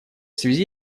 связи